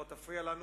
אל תפריע לנו.